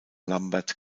lambert